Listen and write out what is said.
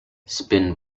spin